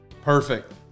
Perfect